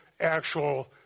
actual